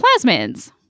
plasmids